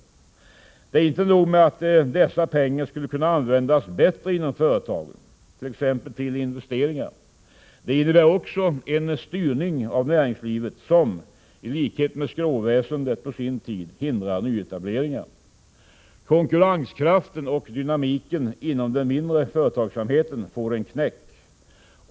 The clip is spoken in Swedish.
Det är inte nog med att dessa pengar skulle kunna användas bättre inom företagen, t.ex. till investeringar. Det innebär också en styrning av näringslivet som, i likhet med skråväsendet på sin tid, hindrar nyetableringar. Konkurrenskraften och dynamiken inom den mindre företagsamheten får en knäck.